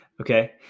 Okay